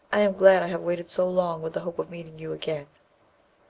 i am glad i have waited so long, with the hope of meeting you again.